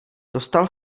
dostal